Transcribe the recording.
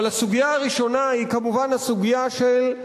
אבל הסוגיה הראשונה היא כמובן הסוגיה של,